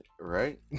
Right